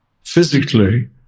physically